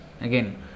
Again